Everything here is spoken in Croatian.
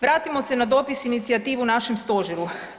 Vratimo se na dopis inicijativu našem stožeru.